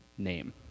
Name